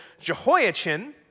Jehoiachin